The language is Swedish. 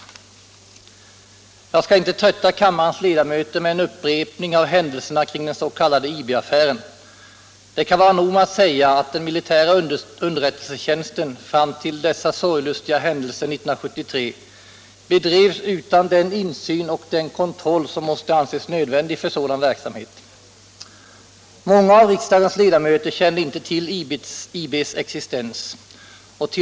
Jag skall inte trötta kammarens ledamöter med en upprepning av händelserna kring den s.k. IB-affären. Det kan vara nog med att säga att den militära underrättelsetjänsten fram till dessa sorglustiga händelser 1973 bedrevs utan den insyn och kontroll som måste anses nödvändig för sådan verksamhet. Många av riksdagens ledamöter kände inte till IB:s existens och t.